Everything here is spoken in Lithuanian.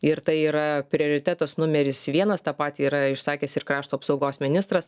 ir tai yra prioritetas numeris vienas tą patį yra išsakęs ir krašto apsaugos ministras